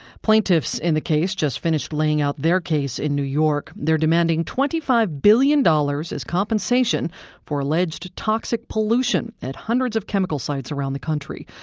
plaintiffs in the case just finished laying out their case in new york. they're demanding twenty five billion dollars as compensation for alleged toxic pollution at hundreds of chemical sites around the country.